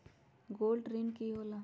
Gold ऋण की होला?